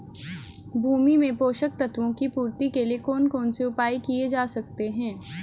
भूमि में पोषक तत्वों की पूर्ति के लिए कौन कौन से उपाय किए जा सकते हैं?